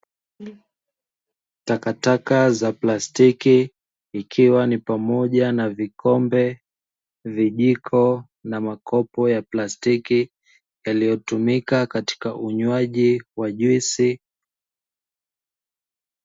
Takataka za plastiki ikiwa ni pamoja na vikombe vijiko na makopo ya plastiki yaliyotumika katika unywaji wa juisi.